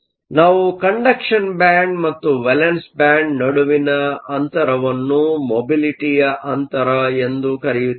ಆದ್ದರಿಂದ ನಾವು ಕಂಡಕ್ಷನ್ ಬ್ಯಾಂಡ್Conduction band ಮತ್ತು ವೇಲೆನ್ಸ್ ಬ್ಯಾಂಡ್ ನಡುವಿನ ಅಂತರವನ್ನು ಮೊಬಿಲಿಟಿಯ ಅಂತರ ಎಂದು ಕರೆಯುತ್ತೇವೆ